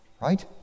right